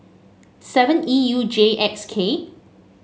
seven E U J X K